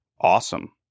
Awesome